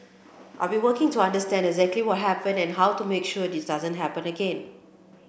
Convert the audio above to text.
I've been working to understand exactly what happened and how to make sure this doesn't happen again